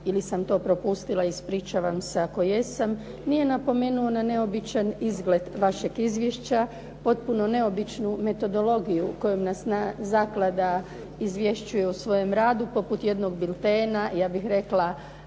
ili sam to propustila, ispričavam se ako jesam, nije napomenuo na neobičan izgled vašeg izvješća, potpuno neobičnu metodologiju kojom nas zaklada izvješćuje o svom radu, poput jednog biltena, ja bih rekla